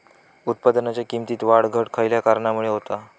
उत्पादनाच्या किमतीत वाढ घट खयल्या कारणामुळे होता?